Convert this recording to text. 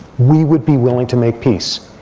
we would be willing to make peace.